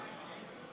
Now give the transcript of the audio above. לוועדה